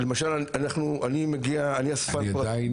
למשל אני מגיע, אני אספן פרטי.